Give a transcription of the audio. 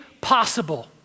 possible